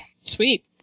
Sweet